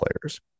players